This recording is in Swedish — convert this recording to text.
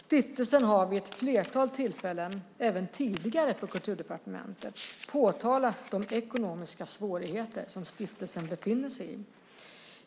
Stiftelsen har vid ett flertal tillfällen även tidigare för Kulturdepartementet påtalat de ekonomiska svårigheter som stiftelsen befinner sig i.